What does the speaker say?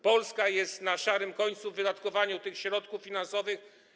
Polska jest na szarym końcu w wydatkowaniu tych środków finansowych.